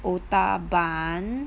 otah bun